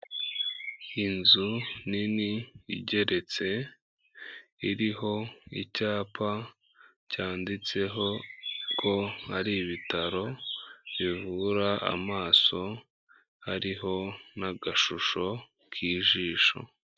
Inzu nini igeretse iriho icyapa cyanditseho ko hari ibitaro bivura amaso, hariho n'agashusho k'ijisho.